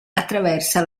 attraversa